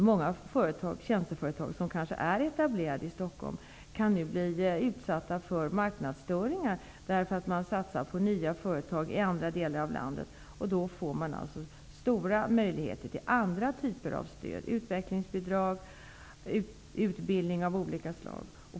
Många tjänsteföretag, som kanske är etablerade i Stockholm, kan nu bli utsatta för marknadsstörningar därför att det satsas på nya företag i andra delar av landet som då får stora möjligheter till andra typer av stöd, t.ex. utvecklingsbidrag och utbildning av olika slag.